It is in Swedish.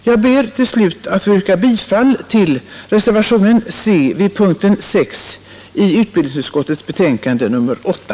Jag ber till slut att få yrka bifall till reservationen C vid punkten 6 i utbildningsutskottets betänkande nr 8.